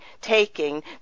taking